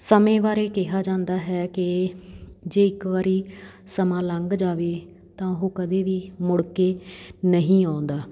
ਸਮੇਂ ਬਾਰੇ ਕਿਹਾ ਜਾਂਦਾ ਹੈ ਕਿ ਜੇ ਇੱਕ ਵਾਰੀ ਸਮਾਂ ਲੰਘ ਜਾਵੇ ਤਾਂ ਉਹ ਕਦੇ ਵੀ ਮੁੜ ਕੇ ਨਹੀਂ ਆਉਂਦਾ